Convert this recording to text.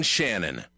Shannon